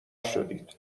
شدید